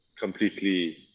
completely